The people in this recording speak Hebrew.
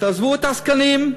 תעזבו את העסקנים,